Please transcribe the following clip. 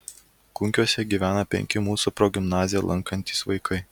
kunkiuose gyvena penki mūsų progimnaziją lankantys vaikai